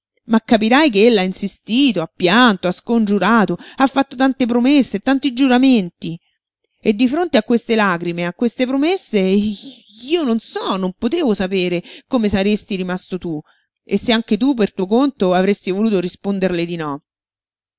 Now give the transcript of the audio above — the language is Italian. ma capirai che ella ha insistito ha pianto ha scongiurato ha fatto tante promesse e tanti giuramenti e di fronte a queste lagrime e a queste promesse io non so non potevo sapere come saresti rimasto tu e se anche tu per tuo conto avresti voluto risponderle di no